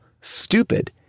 stupid